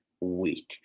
week